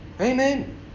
Amen